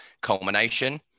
culmination